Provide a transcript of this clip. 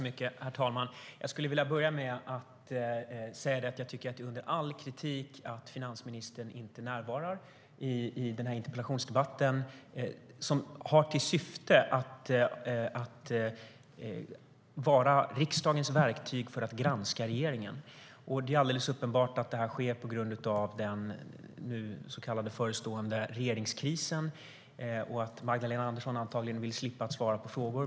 Herr talman! Jag skulle vilja börja med att säga att jag tycker att det är under all kritik att finansministern inte närvarar i den här interpellationsdebatten som har till syfte att vara riksdagens verktyg i att granska regeringen. Det är alldeles uppenbart att det är på grund av den förestående så kallade regeringskrisen och att Magdalena Andersson antagligen vill slippa svara på frågor.